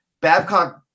Babcock